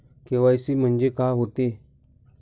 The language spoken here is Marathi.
के.वाय.सी म्हंनजे का होते?